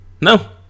No